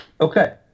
Okay